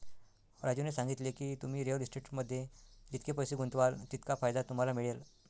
राजूने सांगितले की, तुम्ही रिअल इस्टेटमध्ये जितके पैसे गुंतवाल तितका फायदा तुम्हाला मिळेल